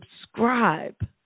subscribe